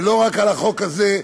ולא רק על החוק הזה,